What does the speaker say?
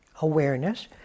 awareness